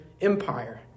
Empire